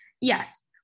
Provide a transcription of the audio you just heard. Yes